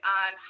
on